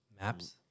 Maps